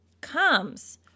comes